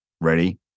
ready